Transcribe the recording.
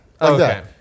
Okay